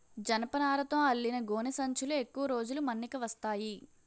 జనపనారతో అల్లిన గోనె సంచులు ఎక్కువ రోజులు మన్నిక వస్తాయి